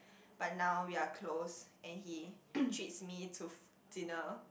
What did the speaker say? but now we are close and he treats me to dinner